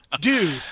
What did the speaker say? Dude